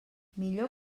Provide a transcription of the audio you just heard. millor